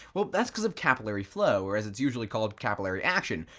well that's cuz of capillary flow, or, as it's usually called, capillary action.